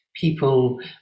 people